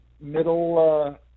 middle